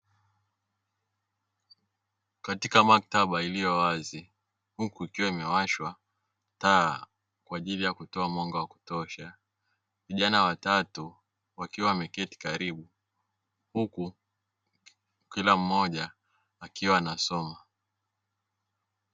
Katika maktaba iliyowazi huku ikiwa imewashwa taa kwa ajili ya kutoa mwanga wa kutosha, vijana watatu wakiwa wameketi karibu huku kila mmoja akiwa anasoma.